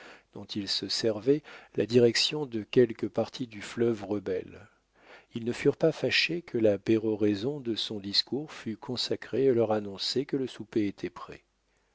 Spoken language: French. dont il se servait la direction de quelques parties du fleuve rebelle ils ne furent pas fâchés que la péroraison de son discours fût consacrée à leur annoncer que le souper était prêt